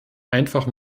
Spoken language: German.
einfach